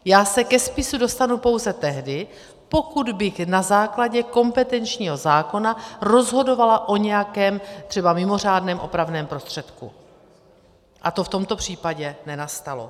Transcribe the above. Já se ke spisu dostanu pouze tehdy, pokud bych na základě kompetenčního zákona rozhodovala o nějakém třeba mimořádném opravném prostředku, a to v tomto případě nenastalo.